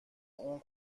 اون